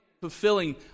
fulfilling